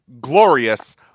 glorious